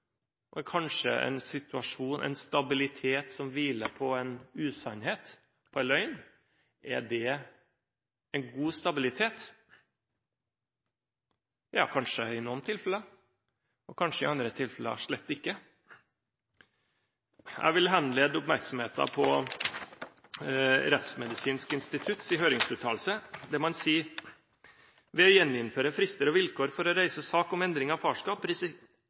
en stabilitet som hviler på usannhet og løgn, en god stabilitet? Ja, kanskje i noen tilfeller, og kanskje i andre tilfeller slett ikke. Jeg vil henlede oppmerksomheten på Rettsmedisinsk institutts høringsuttalelse, der man sier: ved å gjeninnføre frister og vilkår for å reise sak om endring av farskap